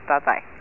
Bye-bye